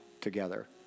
together